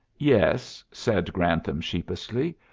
yes, said grantham sheepishly.